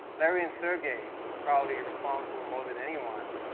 larry and sergey probably are responsible, more than anyone,